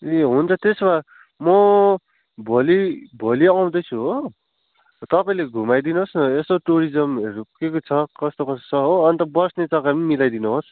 ए हुन्छ त्यसो भए म भोलि भोलि आउँदैछु हो तपाईँले घुमाइदिनुहोस् न यसो टुरिजमहरू के के छ कस्तो कस्तो छ हो अन्त बस्ने तपाईँले मिलाइदिनुहोस्